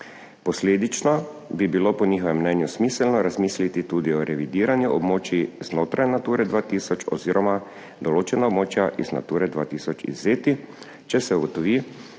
Posledično bi bilo po njihovem mnenju smiselno razmisliti tudi o revidiranju območij znotraj Nature 2000 oziroma določena območja iz Nature 2000 izvzeti, če se ugotovi,